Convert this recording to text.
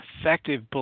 effective